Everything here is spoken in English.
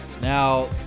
Now